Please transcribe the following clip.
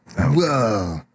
Whoa